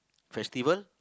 festival